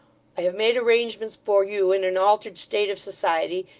i have made arrangements for you in an altered state of society,